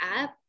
up